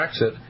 Brexit